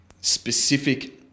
specific